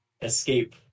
escape